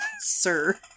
Sir